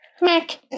Mac